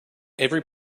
every